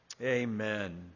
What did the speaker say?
Amen